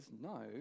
no